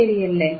ശരിയല്ലേ